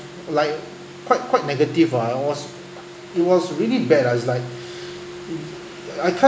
like quite quite negative ah it was it was really bad uh it's like I can't